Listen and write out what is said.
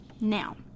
Now